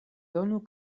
donu